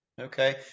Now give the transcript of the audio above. okay